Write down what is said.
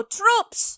troops